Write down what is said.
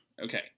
okay